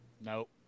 Nope